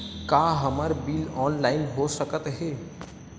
का हमर bill online हो सकत हे?